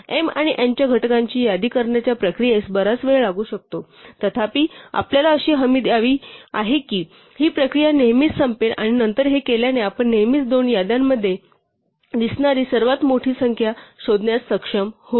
तर m आणि n च्या घटकांची यादी करण्याच्या प्रक्रियेस बराच वेळ लागू शकतो तथापि आपल्याला अशी हमी हवी आहे की ही प्रक्रिया नेहमीच संपेल आणि नंतर हे केल्याने आपण नेहमीच दोन्ही याद्यांमध्ये दिसणारी सर्वात मोठी संख्या शोधण्यात सक्षम होऊ